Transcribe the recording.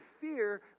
fear